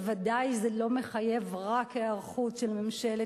ודאי זה לא מחייב רק היערכות של ממשלת